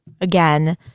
again